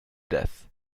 death